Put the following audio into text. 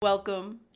Welcome